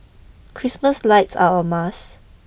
Christmas lights are a must